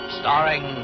starring